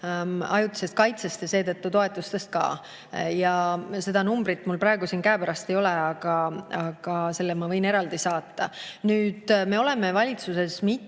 ajutisest kaitsest ja seetõttu toetustest ka. Seda numbrit mul praegu siin käepärast ei ole, aga selle ma võin eraldi saata. Nüüd, me oleme valitsuses mitmel